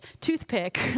toothpick